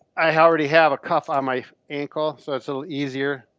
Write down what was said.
i already have a cuff on my ankle, so it's a little easier.